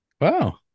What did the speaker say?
Wow